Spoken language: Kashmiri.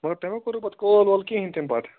مگر تۄہہِ ما کوروُ پَتہٕ کال وال کِہیٖنۍ تہِ نہٕ پتہٕ